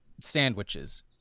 Sandwiches